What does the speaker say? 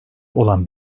olan